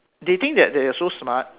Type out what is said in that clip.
they think that they're so smart